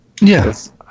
Yes